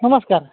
ନମସ୍କାର